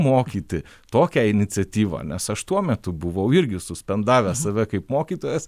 mokyti tokia iniciatyva nes aš tuo metu buvau irgi suspendavęs save kaip mokytojas